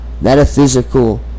metaphysical